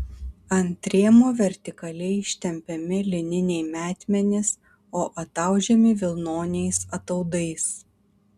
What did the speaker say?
ant rėmo vertikaliai ištempiami lininiai metmenys o ataudžiami vilnoniais ataudais